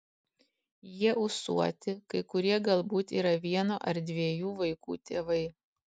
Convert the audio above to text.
jie ūsuoti kai kurie galbūt yra vieno ar dviejų vaikų tėvai